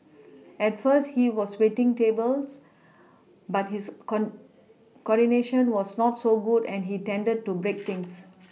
at first he was waiting tables but his corn coordination was not so good and he tended to break things